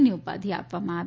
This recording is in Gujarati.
ની ઉપાધી આપવામાં આવી